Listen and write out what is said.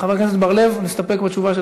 אני מסתפקת.